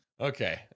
Okay